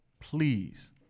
please